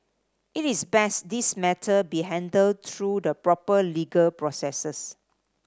it is best this matter be handled through the proper legal processes